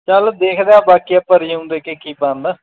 ਚੱਲ ਦੇਖਦਾ ਹਾਂ ਬਾਕੀ ਆਪਾਂ ਰਿਜਿਊਮ ਦੇ ਕੇ ਕੀ ਬਣਦਾ